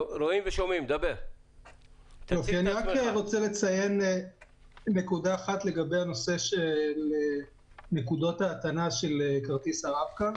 אני רוצה לציין נקודה אחת לגבי הנושא של נקודות ההטענה של כרטיס הרב-קו.